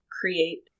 create